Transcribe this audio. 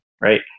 right